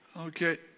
Okay